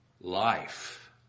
life